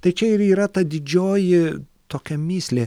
tai čia ir yra ta didžioji tokia mįslė